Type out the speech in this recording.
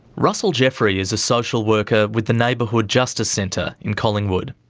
russell jeffrey is a social worker with the neighbourhood justice centre in collingwood.